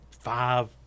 five